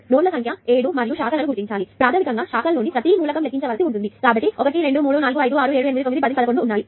కాబట్టి నోడ్ల సంఖ్య 7 మరియు శాఖలు గుర్తించాలి ప్రాథమికంగా శాఖల్లోని ప్రతి మూలకం లెక్కించవలసి ఉంటుంది కాబట్టి 1 2 3 4 5 6 7 8 9 10 11 ఉన్నాయి